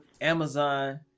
amazon